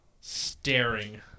staring